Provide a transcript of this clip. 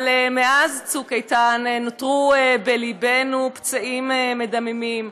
מאז צוק איתן נותרו בליבנו פצעים מדממים,